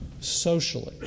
socially